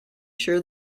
sure